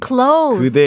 Clothes